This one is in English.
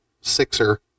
sixer